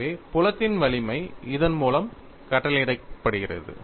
எனவே புலத்தின் வலிமை இதன் மூலம் கட்டளையிடப்படுகிறது